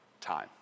time